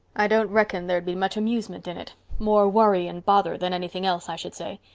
i don't reckon there'd be much amusement in it. more worry and bother than anything else, i should say.